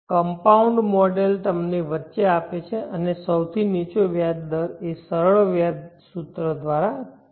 compound model તમને વચ્ચે આપે છે અને સૌથી નીચો વ્યાજ દર એ સરળ વ્યાજ સૂત્ર દ્વારા છે